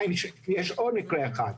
ומה אם יהיה עוד מקרה אחד?